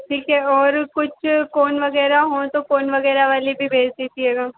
ठीक है और कुछ कोन वग़ैरह हों तो कोन वग़ैरह वाली भी भेज दीजिएगा